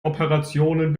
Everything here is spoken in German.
operationen